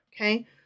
Okay